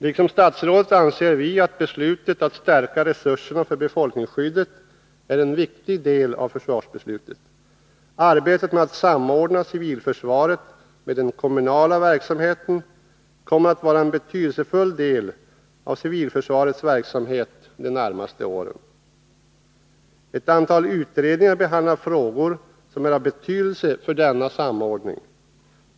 Liksom statsrådet anser vi att beslutet att stärka resurserna för befolkningsskyddet är en viktig del av försvarsbeslutet. Arbetet med att samordna civilförsvaret med den kommunala verksamheten kommer att vara en betydelsefull del av civilförsvarets verksamhet de närmaste åren. Ett antal utredningar behandlar frågor som är av betydelse för denna samordning.